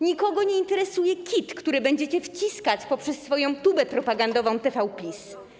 Nikogo nie interesuje kit, który będziecie wciskać poprzez swoją tubę propagandową TV PiS.